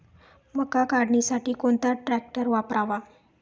मका काढणीसाठी कोणता ट्रॅक्टर वापरावा?